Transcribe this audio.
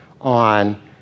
on